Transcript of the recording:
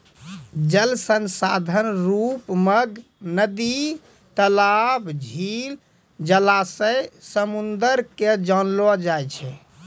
जल संसाधन रुप मग नदी, तलाब, झील, जलासय, समुन्द के जानलो जाय छै